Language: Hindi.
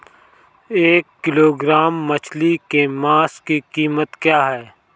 एक किलोग्राम मछली के मांस की कीमत क्या है?